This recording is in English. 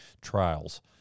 trials